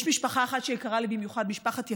יש משפחה אחת שיקרה לי במיוחד, משפחת יקיר,